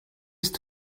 ist